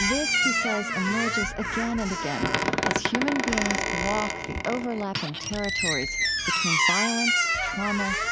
this, he says, emerges again and again as human beings walk the overlapping territories between violence, trauma,